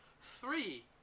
Three